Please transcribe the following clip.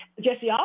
Jesse